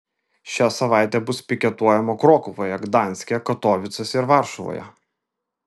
šią savaitę bus piketuojama krokuvoje gdanske katovicuose ir varšuvoje